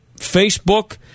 Facebook